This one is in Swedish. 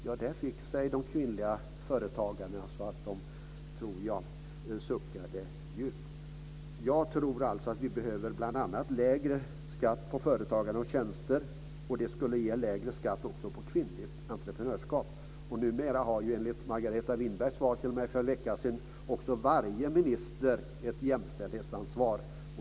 Ja, där fick sig de kvinnliga företagarna så de, tror jag, suckade djupt. Jag tror att vi behöver bl.a. lägre skatt på företagande och tjänster. Det skulle ge lägre skatt också för kvinnligt entreprenörskap. Enligt Margareta Winbergs svar till mig för en vecka sedan har numera varje minister ett jämställdhetsansvar.